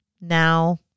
Now